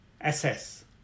assess